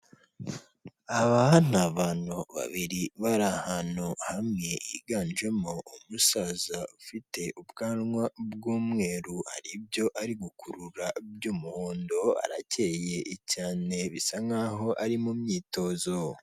ABa NI abantu babiri bari ahantu hamwe, higanjemo umusaza ufite ubwanwa bw'umweru, hari byo ari gukurura by'umuhondo arakeye cyane bisa nk'aho ari mu myitozo.